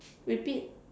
repeat